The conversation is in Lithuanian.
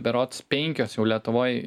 berods penkios jau lietuvoj